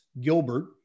Gilbert